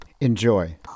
Enjoy